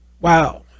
wow